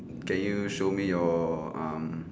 can you show me your um